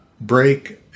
break